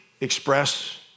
express